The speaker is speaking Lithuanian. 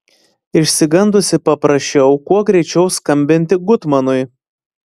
išsigandusi paprašiau kuo greičiau skambinti gutmanui